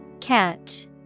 Catch